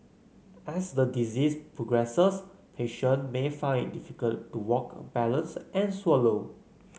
as the disease progresses patient may find it difficult to walk balance and swallow